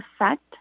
effect